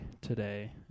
today